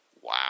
Wow